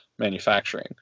manufacturing